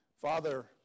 Father